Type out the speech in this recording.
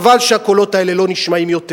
חבל שהקולות האלה לא נשמעים יותר.